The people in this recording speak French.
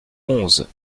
onze